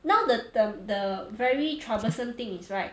now the the the very troublesome thing is right